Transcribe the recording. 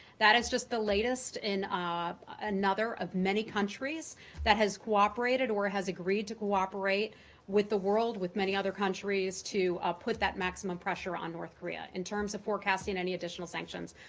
that is just the latest in ah another of many countries that has cooperated or has agreed to cooperate with the world, with many other countries to put that maximum pressure on north korea. in terms of forecasting any additional sanctions,